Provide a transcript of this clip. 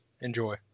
enjoy